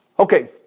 Okay